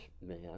man